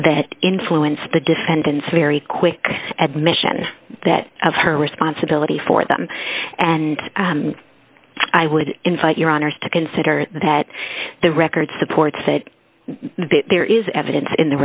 that influence the defendant's very quick admission that of her responsibility for them and i would invite your honour's to consider that the record supports that there is evidence in the